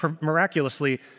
miraculously